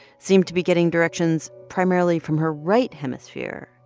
seemed to be getting directions primarily from her right hemisphere.